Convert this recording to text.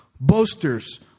boasters